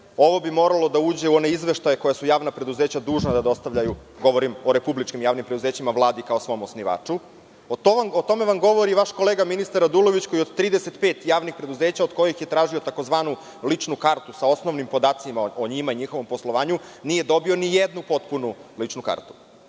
Ovo bi moralo da uđe u one izveštaje koja su javna preduzeća dužna da dostavljaju, govorim o republičkim javnim preduzećima, Vladi kao svom osnivaču. O tome vam govori i vaš kolega ministar Radulović koji od 35 javnih preduzeća, od kojih je tražio takozvanu ličnu kartu sa osnovnim podacima o njima i njihovom poslovanju, nije dobio ni jednu potpunu ličnu kartu.